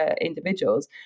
individuals